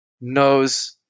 knows